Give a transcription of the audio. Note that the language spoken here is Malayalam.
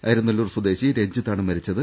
അരിനല്ലൂർ സ്വദേശി രഞ്ജിത്താണ് മരിച്ചത്